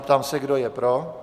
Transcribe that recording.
Ptám se, kdo je pro?